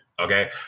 okay